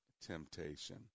temptation